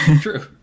true